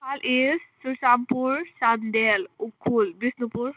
Imphal east Churachandpur Chandel Ukhrul Bishnupur